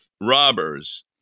robbers